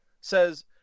says